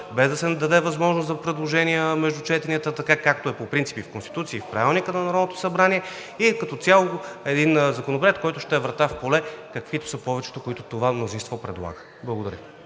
без да се даде възможност за предложения между четенията така, както е по принцип в Конституцията и в Правилника на Народното събрание, и като цяло един Законопроект, който ще е врата в поле, каквито са повечето, които това мнозинство предлага. Благодаря.